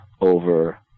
over